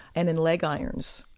and in leg irons,